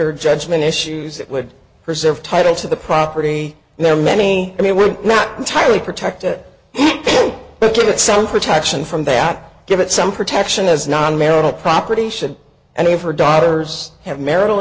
or judgment issues it would preserve title to the property and there are many i mean we're not entirely protected but at some protection from that give it some protection as non marital property should and if her daughters have marital